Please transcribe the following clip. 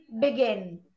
begin